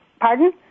pardon